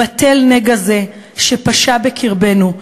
בטל נגע זה שפשה בקרבנו,